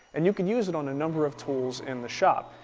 and you can use it on a number of tools in the shop.